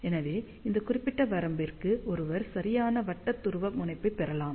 எனவே இந்த குறிப்பிட்ட வரம்பிற்கு ஒருவர் சரியான வட்ட துருவமுனைப்பைப் பெறலாம்